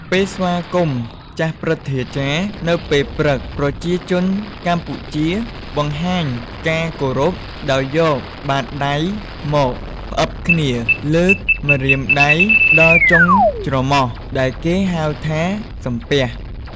ពេលស្វាគមន៍ចាស់ព្រឹទ្ធាចារ្យនៅពេលព្រឹក ប្រជាជនកម្ពុជាបង្ហាញការគោរពដោយយកបាតដៃមកផ្អិបគ្នា លើកម្រាមដៃដល់ចុងច្រមុះ ដែលគេហៅថា «សំពះ»។